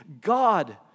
God